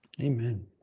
Amen